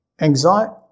Anxiety